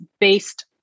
based